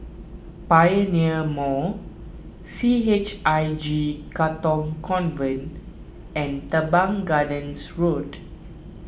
Pioneer Mall C H I J Katong Convent and Teban Gardens Road